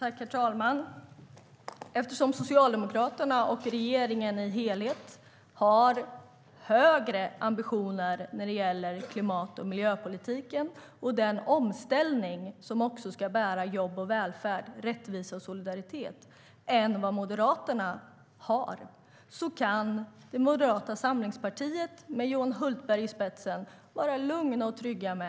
Herr talman! Eftersom Socialdemokraterna och regeringen som helhet har högre ambitioner när det gäller klimat och miljöpolitiken och den omställning som kan bära jobb och välfärd, rättvisa och solidaritet, än vad Moderaterna har kan Moderata samlingspartiet med Johan Hultberg i spetsen vara lugna och trygga.